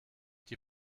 die